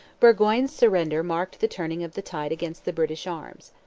burgoyne's surrender marked the turning of the tide against the british arms.